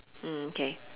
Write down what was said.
mm okay